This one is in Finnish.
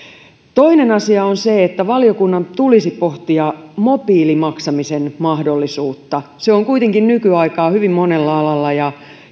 toinen asia on se että valiokunnan tulisi pohtia mobiilimaksamisen mahdollisuutta se on kuitenkin nykyaikaa hyvin monella alalla ja